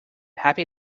happy